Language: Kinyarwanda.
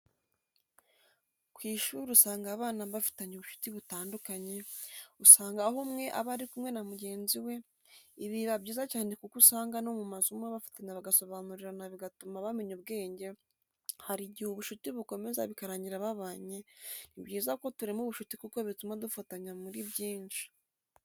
Ku ishuri usanga abana bafitanye ubucuti butandukanye, usanga aho umwe aba ari kumwe na mugenzi we, ibi biba byiza cyane kuko usanga no mu masomo bafatanya bagasobanurirana bigatuma bamenya ubwenge, hari igihe ubucuti bukomeza bikarangira babanye, ni byiza ko turema ubucuti kuko bituma dufatanya muri byinshi.